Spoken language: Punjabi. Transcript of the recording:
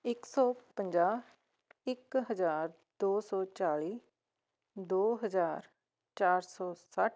ਇੱਕ ਸੌ ਪੰਜਾਹ ਇੱਕ ਹਜ਼ਾਰ ਦੋ ਸੌ ਚਾਲ੍ਹੀ ਦੋ ਹਜ਼ਾਰ ਚਾਰ ਸੌ ਸੱਠ